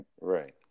Right